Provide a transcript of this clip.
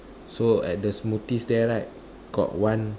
so at the smoothies there right got one